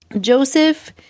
Joseph